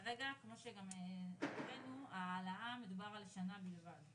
כרגע, כמו שגם הקראנו, ההעלאה מדובר על שנה בלבד.